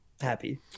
happy